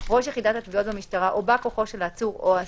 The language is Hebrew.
ראש יחידת התביעות במשטרה או בא כוחו של העצור או האסיר,